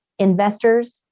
Investors